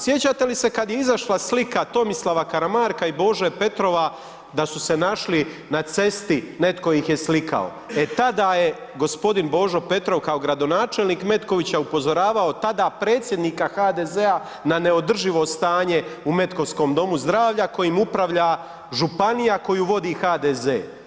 Sjećate li se kad je izašla slika Tomislava Karamarka i Bože Petrova da su se našli na cesti, netko ih je slikao, a tada je gospodin Božo Petrov kao gradonačelnik Metkovića upozoravao tada predsjednika HDZ-a na neodrživo stanje u metkovskom domu zdravlja kojim upravlja županija koju vodi HDZ.